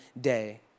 day